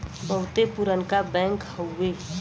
बहुते पुरनका बैंक हउए